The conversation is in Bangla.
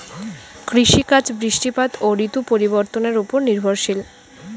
কৃষিকাজ বৃষ্টিপাত ও ঋতু পরিবর্তনের উপর নির্ভরশীল